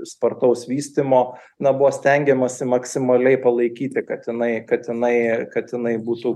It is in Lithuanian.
spartaus vystymo na buvo stengiamasi maksimaliai palaikyti kad inai kad inai kad inai būtų